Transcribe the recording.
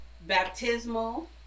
baptismal